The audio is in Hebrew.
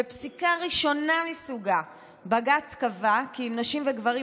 בפסיקה ראשונה מסוגה בג"ץ קבע כי אם נשים וגברים